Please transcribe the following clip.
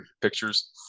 pictures